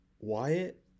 Wyatt